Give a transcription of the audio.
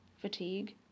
fatigue